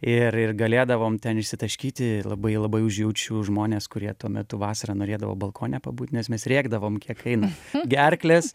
ir ir galėdavom ten išsitaškyti labai labai užjaučiu žmones kurie tuo metu vasarą norėdavo balkone pabūt nes mes rėkdavom kiek eina gerklės